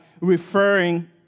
referring